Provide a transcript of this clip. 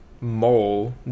mole